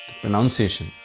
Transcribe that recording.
pronunciation